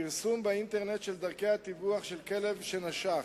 פרסום באינטרנט של דרכי הדיווח של כלב שנשך,